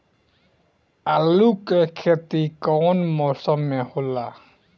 आलू के खेती कउन मौसम में होला?